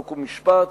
חוק ומשפט,